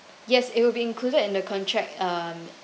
yes it will be included in the contract um